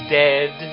dead